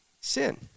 sin